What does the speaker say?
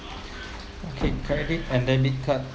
okay credit and debit card